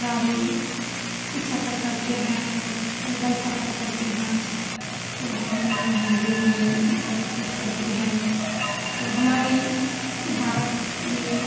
गाड़ी सफ़र करते हैं या पैदल सफ़र करते हैं तो हम अपना हिन्दी में ही बातचीत करते हैं तो हमारी भारत में